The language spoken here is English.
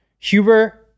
Huber